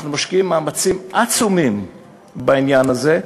אנחנו משקיעים מאמצים עצומים בעניין הזה,